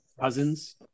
cousins